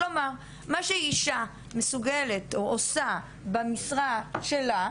כלומר מה שאישה מסוגלת או עושה במשרה שלה,